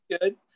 Good